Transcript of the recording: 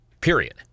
Period